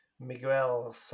Miguel